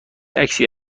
عکسی